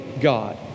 God